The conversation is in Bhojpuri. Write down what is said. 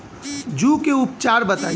जूं के उपचार बताई?